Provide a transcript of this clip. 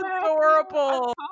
adorable